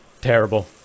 terrible